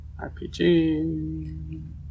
RPG